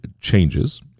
changes